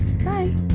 Bye